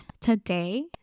today